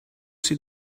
see